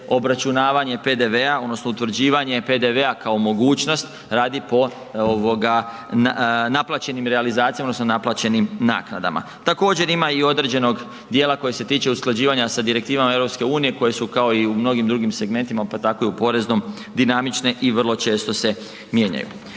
obračunavanje PDV-a odnosno utvrđivanje PDV-a kao mogućnost radi po naplaćenim realizacijama odnosno naplaćenim naknadama. Također ima i određenog dijela koji se tiče usklađivanja sa direktivama EU koje su kao i u mnogim drugim segmentima pa tako i u poreznom dinamične i vrlo često se mijenjaju.